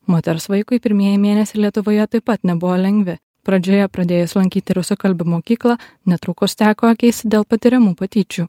moters vaikui pirmieji mėnesiai lietuvoje taip pat nebuvo lengvi pradžioje pradėjęs lankyti rusakalbių mokyklą netrukus teko keisti dėl patiriamų patyčių